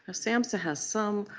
ah samhsa has some.